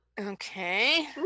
Okay